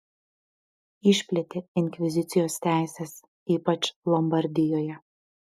išplėtė inkvizicijos teises ypač lombardijoje